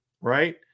Right